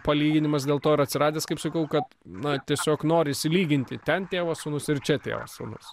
palyginimas dėl to yra atsiradęs kaip sakau kad na tiesiog norisi lyginti ten tėvo sūnus ir čia tėvas sūnus